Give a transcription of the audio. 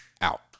out